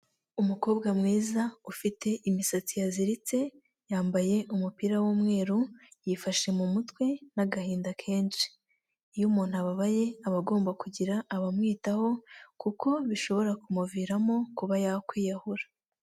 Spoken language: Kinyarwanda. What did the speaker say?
Umukobwa mwiza ufite imisatsi yaziritse yambaye umupira w'umweru yifashe mu mutwe n'agahinda kenshi, iyo umuntu ababaye aba agomba kugira abamwitaho kuko bishobora kumuviramo kuba yakwiyahura.